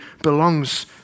belongs